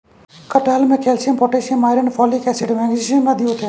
कटहल में calcium potassium iron folic acid magnesium आदि होते हैं